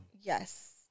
yes